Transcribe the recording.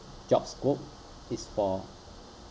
job scope it's for